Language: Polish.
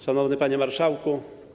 Szanowny Panie Marszałku!